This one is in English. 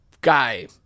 guy